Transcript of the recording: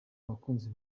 abakunzi